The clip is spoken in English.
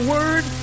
Word